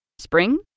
Spring